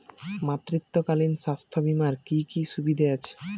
মাতৃত্বকালীন স্বাস্থ্য বীমার কি কি সুবিধে আছে?